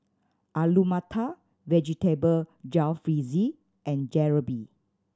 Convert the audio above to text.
Alu Matar Vegetable Jalfrezi and Jalebi